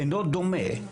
אינו דומה.